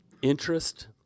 Interest